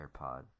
AirPod